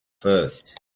first